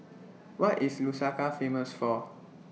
What IS Lusaka Famous For